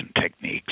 techniques